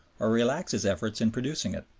or relax his efforts in producing it.